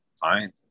fine